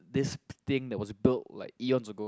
this thing that was build like eons ago